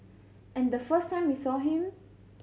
and the first time we saw him